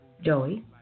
Joey